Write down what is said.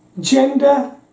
gender